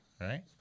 Right